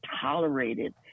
tolerated